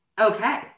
Okay